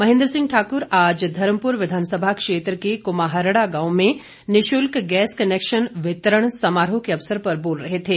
महेन्द्र सिंह ठाकुर आज धर्मपुर विधानसभा क्षेत्र के कुमाहरड़ा गांव में निशुल्क गैस कनेक्शन वितरण समारोह के अवसर पर बोल रहे थे